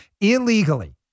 illegally